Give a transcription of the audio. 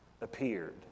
appeared